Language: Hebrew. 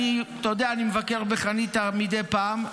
אתה יודע, אני מבקר בחניתה מדי פעם.